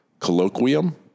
colloquium